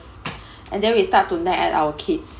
and then we start to nag at our kids